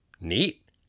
Neat